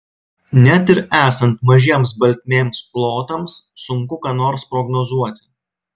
net ir esant mažiems baltmėms plotams sunku ką nors prognozuoti